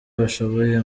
bashoboye